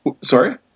Sorry